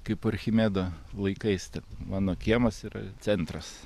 kaip archimedo laikais ten mano kiemas yra centras